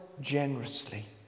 generously